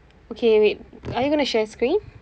okay wait are you going to share screen